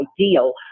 ideal